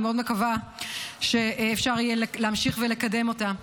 אני מאוד מקווה שאפשר יהיה להמשיך ולקדם אותה.